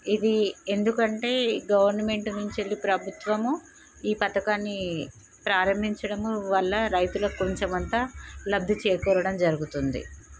ఇది ఎందుకంటే గవర్నమెంట్ నుంచి వెళ్ళి ప్రభుత్వము ఈ పథకాన్ని ప్రారంభించడము వల్ల రైతులకు కొంచెం అంత లబ్ధి చేకూరడం జరుగుతుంది